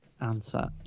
answer